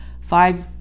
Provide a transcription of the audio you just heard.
five